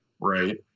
right